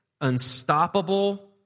unstoppable